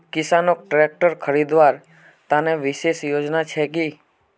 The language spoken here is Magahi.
किसानोक ट्रेक्टर खरीदवार तने विशेष योजना छे कि?